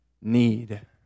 need